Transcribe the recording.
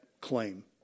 claim